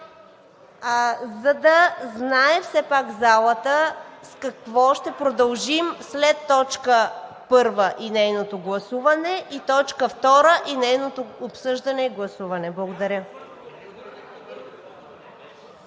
за да знае все пак залата с какво ще продължим след точка първа и нейното гласуване и точка втора и нейното обсъждане и гласуване.